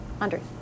Andre